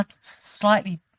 Slightly